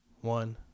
one